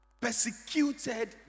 persecuted